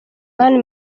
mani